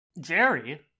Jerry